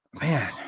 Man